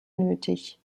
nötig